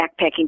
backpacking